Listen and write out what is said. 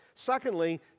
Secondly